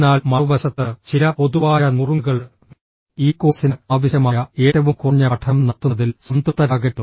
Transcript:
എന്നാൽ മറുവശത്ത് ചില പൊതുവായ നുറുങ്ങുകൾഃ ഈ കോഴ്സിന് ആവശ്യമായ ഏറ്റവും കുറഞ്ഞ പഠനം നടത്തുന്നതിൽ സംതൃപ്തരാകരുത്